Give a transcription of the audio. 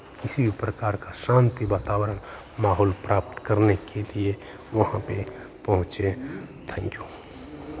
किसी प्रकार का शान्ति वातावरण माहौल प्राप्त करने के लिए वहाँ पे पहुँचे थैंक यू